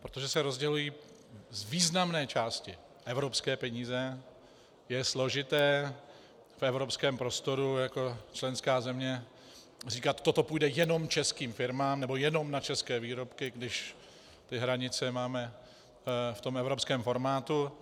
Protože se rozdělují z významné části evropské peníze, je složité v evropském prostoru jako členská země říkat: toto půjde jenom českým firmám nebo jenom na české výrobky, když hranice máme v evropském formátu.